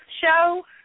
show